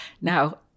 Now